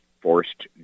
forced